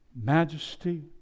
majesty